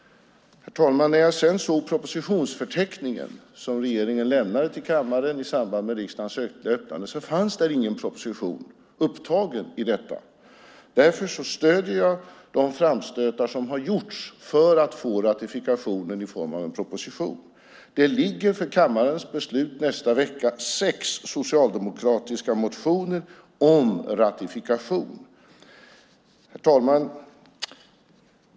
Herr talman! När jag sedan såg propositionsförteckningen som regeringen lämnade till kammaren i samband med riksmötets öppnande fanns där ingen proposition upptagen. Därför stöder jag de framstötar som har gjorts när det gäller ratifikationen i form av en proposition. Det ligger för kammarens beslut nästa vecka sex socialdemokratiska motioner om ratifikation. Herr talman!